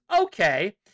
Okay